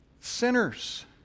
sinners